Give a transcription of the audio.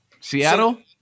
Seattle